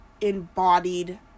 embodied